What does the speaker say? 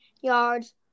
yards